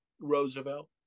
Roosevelt